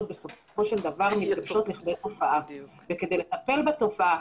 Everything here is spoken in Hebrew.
בסופו של דבר נתפסות לכדי תופעה וכדי לטפל בתופעה,